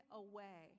away